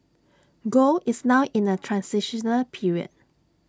gold is now in A transitional period